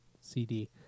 CD